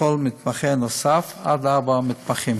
לכל מתמחה נוסף, עד ארבעה מתמחים.